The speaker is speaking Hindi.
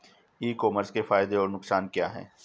ई कॉमर्स के फायदे और नुकसान क्या हैं?